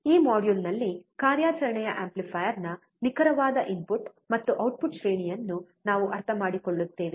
ಈ ಮಾಡ್ಯೂಲ್ನಲ್ಲಿ ಕಾರ್ಯಾಚರಣೆಯ ಆಂಪ್ಲಿಫೈಯರ್ನ ನಿಖರವಾದ ಇನ್ಪುಟ್ ಮತ್ತು ಔಟ್ಪುಟ್ ಶ್ರೇಣಿಯನ್ನು ನಾವು ಅರ್ಥಮಾಡಿಕೊಳ್ಳುತ್ತೇವೆ